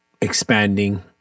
expanding